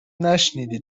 نشنیدی